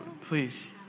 please